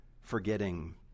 Forgetting